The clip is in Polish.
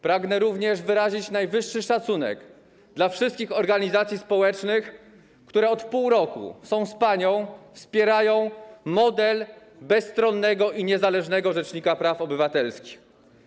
Pragnę również wyrazić najwyższy szacunek dla wszystkich organizacji społecznych, które od pół roku są z panią i wspierają model bezstronnego i niezależnego rzecznika praw obywatelskich.